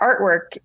artwork